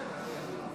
ההצעה לא התקבלה,